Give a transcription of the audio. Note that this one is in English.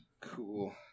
Cool